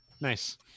Nice